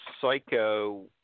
Psycho